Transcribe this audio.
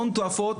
הון תועפות,